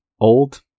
old